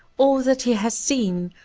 all that he has seen,